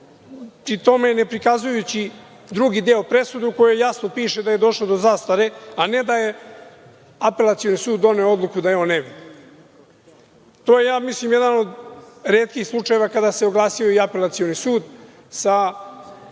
pri tome ne prikazujući drugi deo presude u kojoj jasno piše da je došlo do zastare, a ne da je Apelacioni sud doneo odluku da je on nevin. To je, mislim, jedan od retkih slučajeva kada se oglasio Apelacioni sud sa